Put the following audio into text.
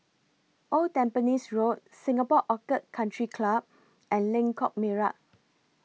Old Tampines Road Singapore Orchid Country Club and Lengkok Merak